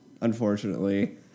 unfortunately